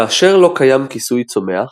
כאשר לא קיים כיסוי צומח,